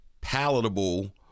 palatable